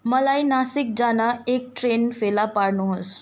मलाई नासिक जान एक ट्रेन फेला पार्नुहोस्